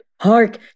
Hark